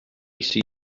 see